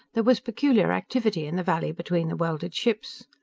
there was peculiar activity in the valley between the welded ships.